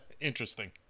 Interesting